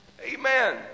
Amen